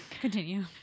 Continue